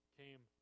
came